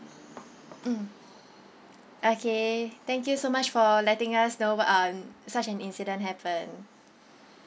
mm okay thank you so much for letting us know about um such an incident happened